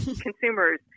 consumers